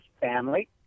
family